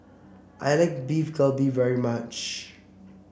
I like Beef Galbi very much